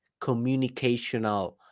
communicational